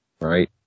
Right